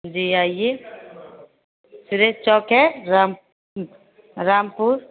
जी आइए सुरेश चौक है राम रामपुर